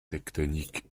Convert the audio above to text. tectoniques